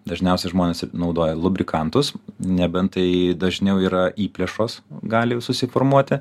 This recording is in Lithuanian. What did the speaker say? dažniausiai žmonės naudoja lubrikantus nebent tai dažniau yra įplėšos gali susiformuoti